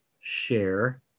share